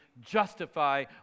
justify